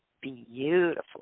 beautiful